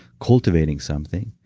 cultivating something,